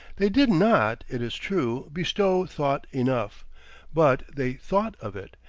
they did not, it is true, bestow thought enough but they thought of it,